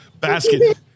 Basket